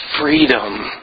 freedom